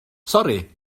sori